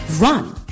run